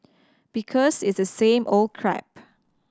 because it's the same old crap